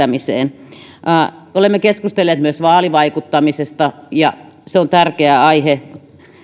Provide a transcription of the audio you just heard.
ihmisten mielipiteiden levittämiseen olemme keskustelleet myös vaalivaikuttamisesta ja se on tärkeä aihe